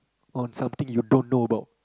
on something you don't know about